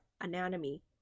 anatomy